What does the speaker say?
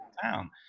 town